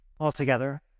Altogether